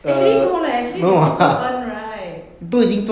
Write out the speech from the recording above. actually no leh actually they also earn right